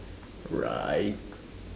right